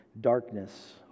darkness